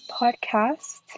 podcast